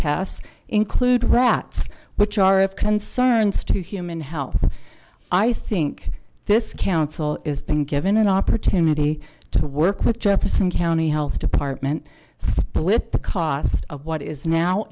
pass include rats which are of concerns to human health i think this council is being given an opportunity to work with jefferson county health department split the cost of what is now